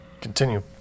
continue